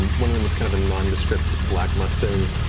and one of them is kind of a nondescript black mustang.